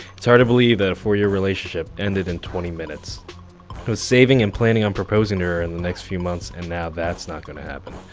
it's hard to believe that a four year relationship ended in twenty minutes. i was saving and planning on proposing to her in the next few months, and now that's not gonna happen.